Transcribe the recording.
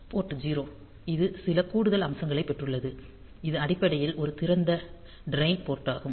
board 0 இது சில கூடுதல் அம்சங்களைப் பெற்றுள்ளது இது அடிப்படையில் ஒரு திறந்த ட்ரைன் போர்ட் டாகும்